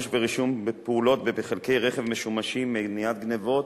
ורישום פעולות בחלקי רכב משומשים (מניעת גנבות)